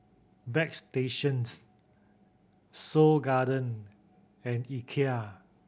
Bagstationz Seoul Garden and Ikea